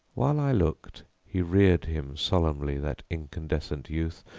while i looked he reared him solemnly, that incandescent youth,